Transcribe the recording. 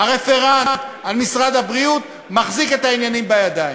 רפרנט משרד הבריאות מחזיק את העניינים בידיים.